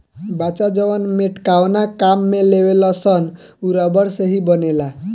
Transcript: बच्चा जवन मेटकावना काम में लेवेलसन उ रबड़ से ही न बनेला